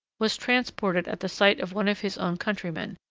was transported at the sight of one of his own countrymen,